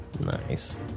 Nice